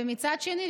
ומצד שני,